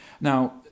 now